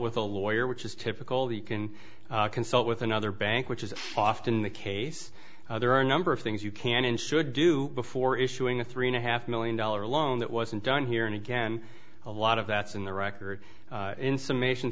with a lawyer which is typical the you can consult with another bank which is often the case there are a number of things you can and should do before issuing a three and a half million dollar loan that wasn't done here and again a lot of that's in the record in summation